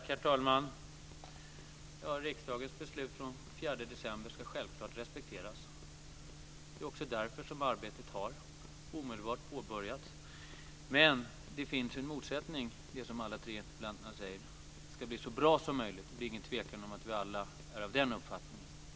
Herr talman! Riksdagens beslut från den 4 december ska självklart respekteras. Det är också därför arbetet påbörjades omedelbart. Men det finns en motsättning. Det är som alla tre interpellanterna säger: Det ska bli så bra som möjligt. Det är ingen tvekan om att vi alla är av den uppfattningen.